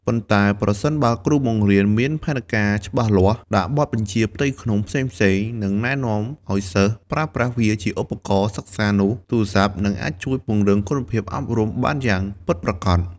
ប៉ុន្តែប្រសិនបើគ្រូបង្រៀនមានផែនការច្បាស់លាស់ ដាក់បទបញ្ជាផ្ទៃក្នុងផ្សេងៗ និងណែនាំឲ្យសិស្សប្រើប្រាស់វាជាឧបករណ៍សិក្សានោះទូរស័ព្ទ នឹងអាចជួយពង្រឹងគុណភាពអប់រំបានយ៉ាងពិតប្រាកដ។